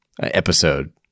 episode